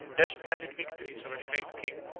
their splendid victories over the great king,